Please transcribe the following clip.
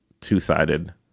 two-sided